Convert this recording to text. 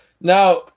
Now